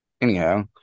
Anyhow